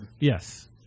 Yes